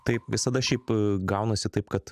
taip visada šiaip gaunasi taip kad